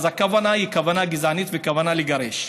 הכוונה היא כוונה גזענית וכוונה לגרש.